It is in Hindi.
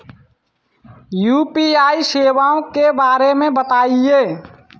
यू.पी.आई सेवाओं के बारे में बताएँ?